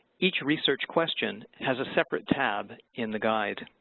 each research question has a separate tab in the guide.